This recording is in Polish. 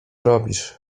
robisz